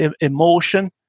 emotion